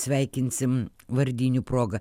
sveikinsim vardinių proga